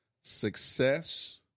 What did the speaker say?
Success